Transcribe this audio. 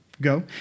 Go